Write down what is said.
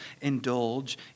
indulge